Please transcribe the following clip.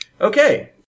Okay